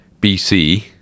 bc